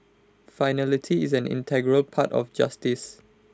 finality is an integral part of justice